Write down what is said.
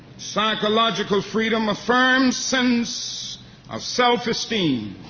psychological freedom, a firm sense of self-esteem,